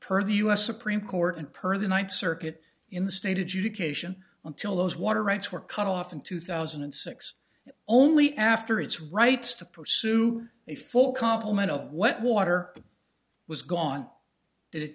per the us supreme court and per the ninth circuit in the state education until those water rights were cut off in two thousand and six only after its rights to pursue a full compliment of what water was gone did it